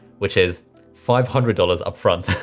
which is five hundred dollars upfront.